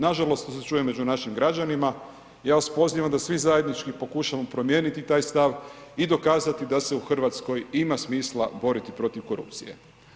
Nažalost,… čujem među našim građanima, ja vas pozivam da vi zajednički pokušavamo promijeniti taj stav i dokazati da se u Hrvatskoj ima smisla boriti protiv korupcije.